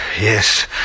Yes